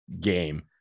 game